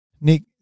Nick